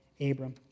Abram